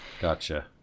Gotcha